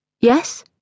Yes